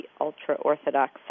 ultra-Orthodox